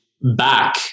back